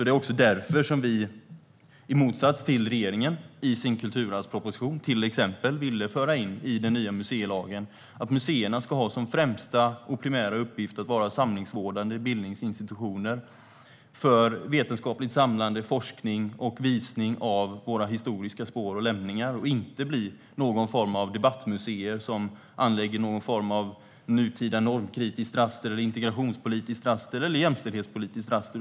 Det är också därför som vi, i motsats till regeringen i sin kulturarvsproposition, till exempel har velat föra in i den nya museilagen att museerna ska ha som främsta och primära uppgift att vara samlingsvårdande bildningsinstitutioner för vetenskapligt samlande, forskning och visning av våra historiska spår och lämningar. De ska inte bli en form av debattmuseer som anlägger någon form av nutida normkritiskt, integrationspolitiskt eller jämställdhetspolitiskt raster.